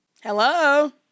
Hello